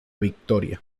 victoria